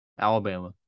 Alabama